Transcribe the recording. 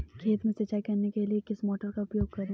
खेत में सिंचाई करने के लिए किस मोटर का उपयोग करें?